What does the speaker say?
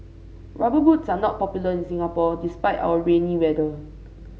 rubber boots are not popular in Singapore despite our rainy weather